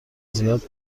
زیاد